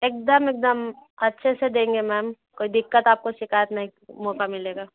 एक दम एक दम अच्छे से देंगे मैम कोई दिक़्क़त आपको शिकायत नहीं मौक़ा मिलगा